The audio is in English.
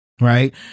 Right